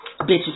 Bitches